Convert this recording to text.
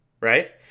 right